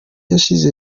yashize